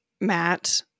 Matt